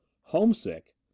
homesick